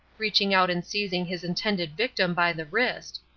reaching out and seizing his intended victim by the wrist,